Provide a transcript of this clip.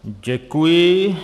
Děkuji.